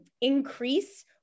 increase